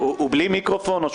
אני